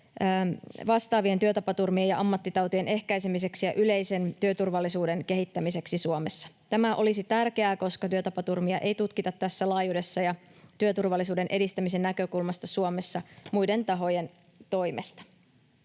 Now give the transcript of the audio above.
vastaavien työtapaturmien ja ammattitautien ehkäisemiseksi ja yleisen työturvallisuuden kehittämiseksi Suomessa. Tämä olisi tärkeää, koska työtapaturmia ei tutkita tässä laajuudessa ja työturvallisuuden edistämisen näkökulmasta Suomessa muiden tahojen toimesta.